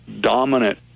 dominant